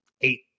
eight